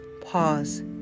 Pause